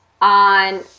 on